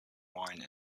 wine